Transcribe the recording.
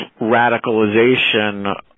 radicalization